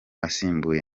asimbuye